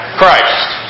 Christ